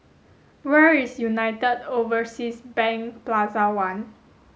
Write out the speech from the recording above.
where is United Overseas Bank Plaza One